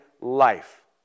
life